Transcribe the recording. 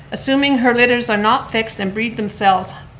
assuming her litters are not fixed and breed themselves,